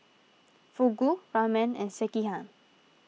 Fugu Ramen and Sekihan